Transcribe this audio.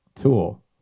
Tool